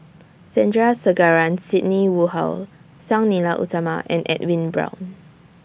Sandrasegaran Sidney Woodhull Sang Nila Utama and Edwin Brown